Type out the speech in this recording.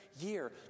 year